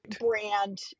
brand